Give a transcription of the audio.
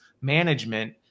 management